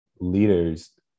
leaders